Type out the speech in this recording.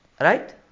right